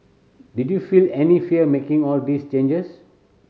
did you feel any fear making all these changes